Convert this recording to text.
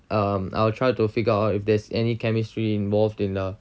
um I'll try to figure out if there's any chemistry involved in the